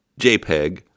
JPEG